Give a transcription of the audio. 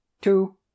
Two